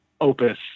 opus